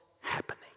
happening